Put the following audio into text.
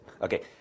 Okay